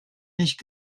nicht